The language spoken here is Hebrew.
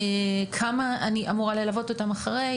כמה אני אמורה ללוות אותן אחרי,